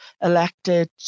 elected